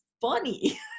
funny